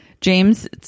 James